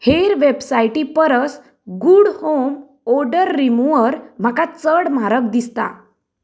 हेर वेबसायटी परस गूड होम ओडर रिमूवर म्हाका चड म्हारग दिसता